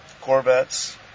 Corvettes